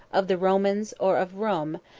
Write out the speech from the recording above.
of the romans, or of roum,